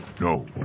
No